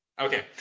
Okay